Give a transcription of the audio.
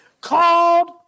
called